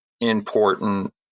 important